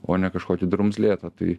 o ne kažkokį drumzlėtą tai